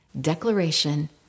declaration